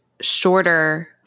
shorter